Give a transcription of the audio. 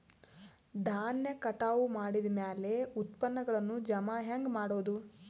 ಧಾನ್ಯ ಕಟಾವು ಮಾಡಿದ ಮ್ಯಾಲೆ ಉತ್ಪನ್ನಗಳನ್ನು ಜಮಾ ಹೆಂಗ ಮಾಡೋದು?